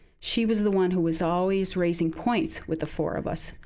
she was the one who was always raising points with the four of us.